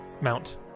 mount